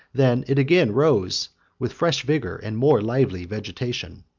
than it again rose with fresh vigor and more lively vegetation.